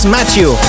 Matthew